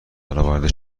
برآورده